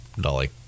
dolly